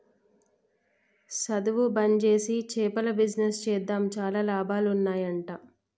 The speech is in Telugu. సధువు బంజేసి చేపల బిజినెస్ చేద్దాం చాలా లాభాలు ఉన్నాయ్ అంట